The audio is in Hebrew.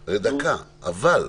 אבל,